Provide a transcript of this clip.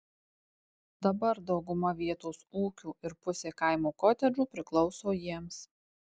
dabar dauguma vietos ūkių ir pusė kaimo kotedžų priklauso jiems